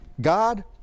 God